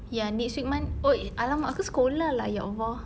ya next week mon~ oh eh !alamak! aku sekolah lah ya allah